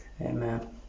Amen